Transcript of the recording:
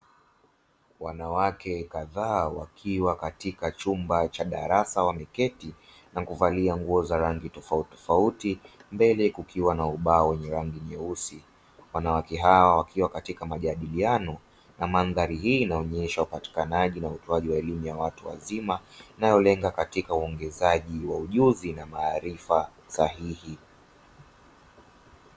Wanawake kadhaa wakiwa katika chumba cha darasa wameketi, na kuvalia nguo za rangi tofautitofauti mbele kukiwa na ubao wenye rangi nyeusi, wanawake hawa wakiwa katika majadiliano na mandhari hii inaonesha upatikanaji na utoaji wa elimu ya watu wazima, inayolenga katika uongezaji wa ujuzi na maarifa sahihi.